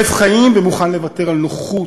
אוהב חיים ומוכן לוותר על נוחות,